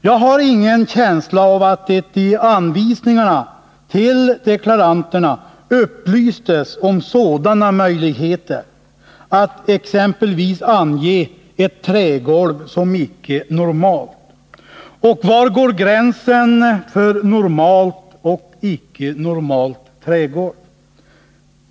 Jag har ingen känsla av att det i anvisningarna till deklaranterna upplystes om möjligheten att exempelvis ange ett trägolv som icke normalt. Och var går gränsen mellan ett normalt och ett icke normalt trägolv?